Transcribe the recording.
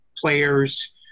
players